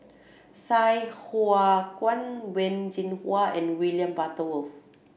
Sai Hua Kuan Wen Jinhua and William Butterworth